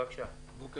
בבקשה, אדוני.